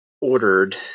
ordered